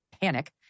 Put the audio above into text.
panic